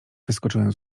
wyskoczyłem